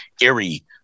eerie